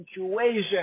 situation